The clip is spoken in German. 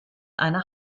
eine